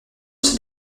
cette